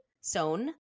sewn